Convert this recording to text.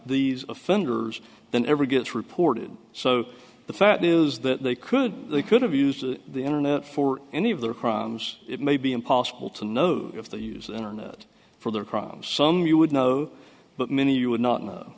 these offenders than ever gets reported so the fact is that they could they could have used the internet for any of their crimes it may be impossible to know if they use the internet for their crimes some you would know but many you would not know